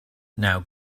now